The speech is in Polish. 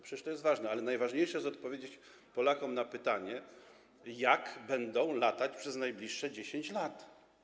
Przecież to jest ważne, ale najważniejsze jest to, by odpowiedzieć Polakom na pytanie, jak będą latać przez najbliższe 10 lat.